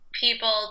people